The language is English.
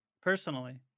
Personally